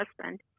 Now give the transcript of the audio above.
husband